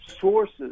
sources